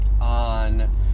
on